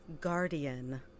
guardian